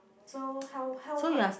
so how how how